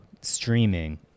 streaming